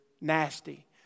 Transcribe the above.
nasty